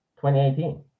2018